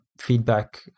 feedback